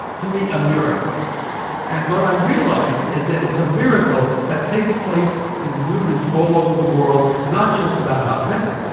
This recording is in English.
to me, a miracle and what i realized is that it's a miracle that takes place in humans all over the world, not just about hot pepper.